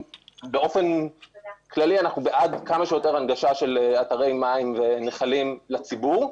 באופן כללי אנחנו בעד כמה שיותר הנגשה של אתרי מים ונחלים לציבור.